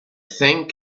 thing